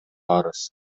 арыз